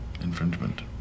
infringement